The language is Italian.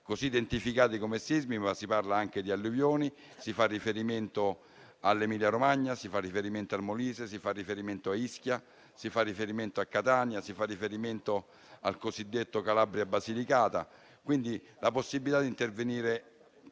identificate. Si parla di sismi, ma anche di alluvioni; si fa riferimento all'Emilia Romagna, si fa riferimento al Molise, si fa riferimento a Ischia, si fa riferimento a Catania, si fa riferimento al cosiddetto Calabria-Basilicata e, quindi, alla possibilità di continuare